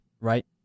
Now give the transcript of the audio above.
Right